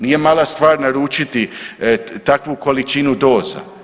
Nije mala stvar naručiti takvu količinu doza.